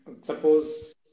suppose